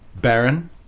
Baron